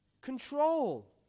control